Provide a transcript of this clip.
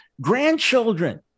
grandchildren